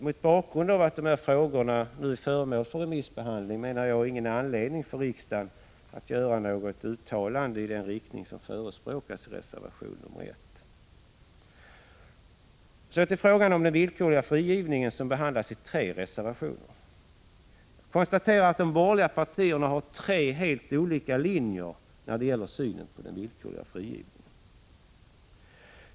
Mot bakgrund av att dessa frågor nu är föremål för remissbehandling finns det, menar jag, ingen anledning för riksdagen att göra något uttalande i den riktning som förespråkas i reservation 1. Frågan om villkorlig frigivning behandlas i tre reservationer. Jag konstaterar att de borgerliga partierna har tre helt olika linjer när det gäller synen på den villkorliga frigivningen.